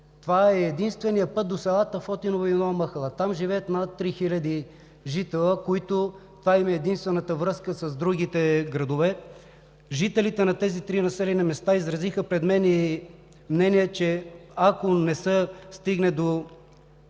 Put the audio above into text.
Това е единственият път до селата Фотиново и Нова махала. Там живеят над 3 хиляди жители, на които това е единствената им връзка с другите градове. Жителите на тези три населени места изразиха пред мен мнение, че ако не се стигне до